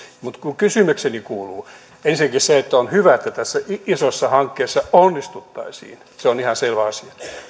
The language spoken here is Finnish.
mutta kysymykseni kuuluu ensinnäkin on hyvä että tässä isossa hankkeessa onnistuttaisiin että on rahoitus se